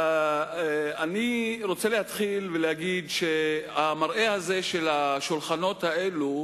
אני רוצה להתחיל ולהגיד שהמראה הזה של השולחנות האלה,